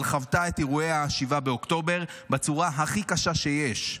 אבל חוותה את אירועי 7 באוקטובר בצורה הכי קשה שיש.